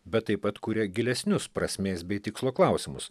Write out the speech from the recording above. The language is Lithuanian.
bet taip pat kuria gilesnius prasmės bei tikslo klausimus